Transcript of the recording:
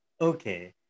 Okay